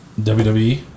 WWE